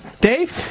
Dave